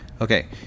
Okay